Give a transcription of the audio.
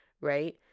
right